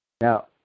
Now